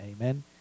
Amen